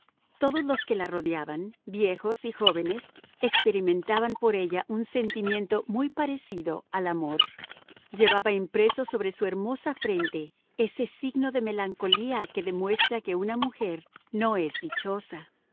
todos los que la rodeaban viejos y jóvenes experimentaban por ella un sentimiento muy parecido al amor llevaba impreso sobre su hermosa frente ese signo de melancolía que demuestra que una mujer no es dichosa